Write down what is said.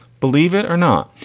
believe it or not,